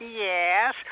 Yes